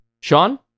Sean